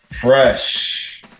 Fresh